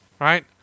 right